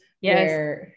yes